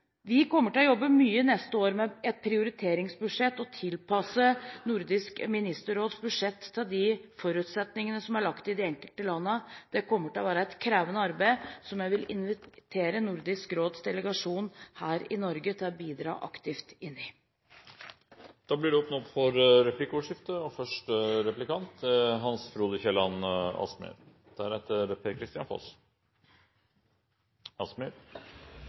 Vi kommer til å jobbe mye neste år med et prioriteringsbudsjett og tilpasse Nordisk ministerråds budsjett til de forutsetningene som er lagt i de enkelte landene. Det kommer til å være et krevende arbeid, som jeg vil invitere Nordisk råds delegasjon her i Norge til å bidra aktivt inn i. Det blir replikkordskifte. Det